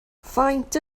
faint